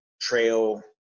trail